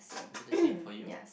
is it the same for you